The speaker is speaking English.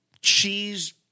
cheese